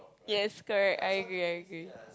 yes correct I agree I agree